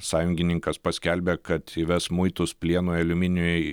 sąjungininkas paskelbia kad įves muitus plienui aliuminiui